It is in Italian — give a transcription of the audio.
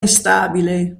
instabile